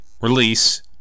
release